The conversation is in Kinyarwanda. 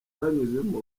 banyuzemo